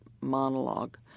monologue